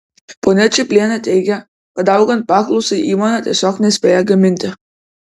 ponia čiplienė teigia kad augant paklausai įmonė tiesiog nespėja gaminti